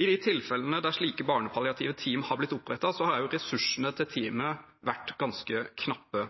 I de tilfellene der slike barnepalliative team har blitt opprettet, har ressursene til teamet vært ganske knappe.